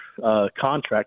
contract